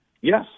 Yes